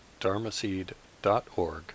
dharmaseed.org